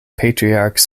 patriarch